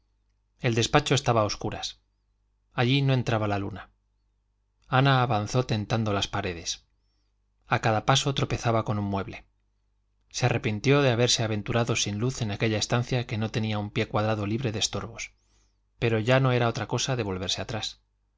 el despacho estaba a obscuras allí no entraba la luna ana avanzó tentando las paredes a cada paso tropezaba con un mueble se arrepintió de haberse aventurado sin luz en aquella estancia que no tenía un pie cuadrado libre de estorbos pero ya no era cosa de volverse atrás